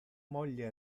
moglie